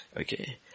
Okay